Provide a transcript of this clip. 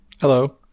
Hello